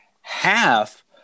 Half